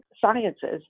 sciences